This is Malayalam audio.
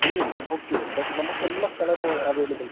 ബ്ലൂ ഓക്കെ ഡൺ നമുക്കെല്ലാ കളറും അവൈലബ്ളാ